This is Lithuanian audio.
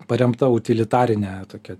paremta utilitarine tokia